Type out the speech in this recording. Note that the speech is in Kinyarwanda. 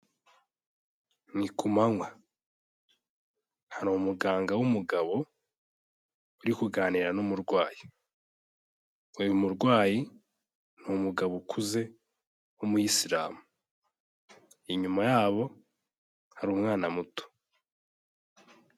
Ni ku manywa, hari umuganga w'umugabo, uri kuganira n'umurwayi, uyu murwayi ni umugabo ukuze w'umuyisilamu, inyuma yabo hari umwana muto.